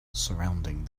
surrounding